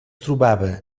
trobava